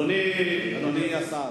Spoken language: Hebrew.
אדוני השר,